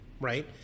right